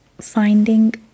finding